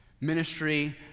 Ministry